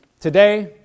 today